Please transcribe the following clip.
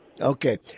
okay